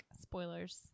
spoilers